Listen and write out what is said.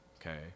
okay